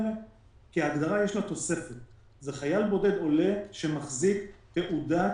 אבל צריך לזכור שרק חייל בודד עולה שמחזיק תעודת